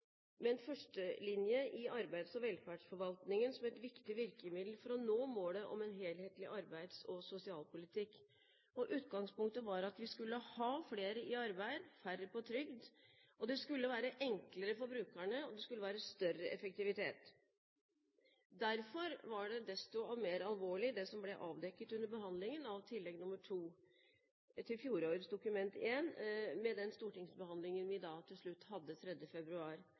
i arbeids- og velferdsforvaltningen som et viktig virkemiddel for å nå målet om en helhetlig arbeids- og sosialpolitikk. Utgangspunktet var at vi skulle ha flere i arbeid og færre på trygd, det skulle være enklere for brukerne, og det skulle være større effektivitet. Derfor var det desto mer alvorlig det som ble avdekket under behandlingen av Tillegg 2 til fjorårets Dokument 1 med den stortingsbehandlingen vi til slutt hadde